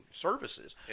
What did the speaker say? services